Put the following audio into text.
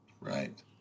Right